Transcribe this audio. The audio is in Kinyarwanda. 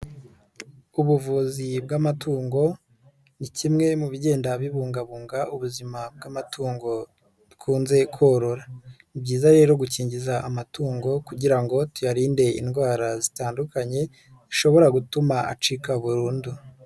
Ubuvuzi bw'amatungo ni kimwe mu bigenda bibungabunga ubuzima bw'amatungo dukunze korora, ni byiza rero gukingiza amatungo kugira ngo tuyarinde indwara zitandukanye zishobora gutuma acika burundu.